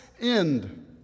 end